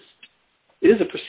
is is a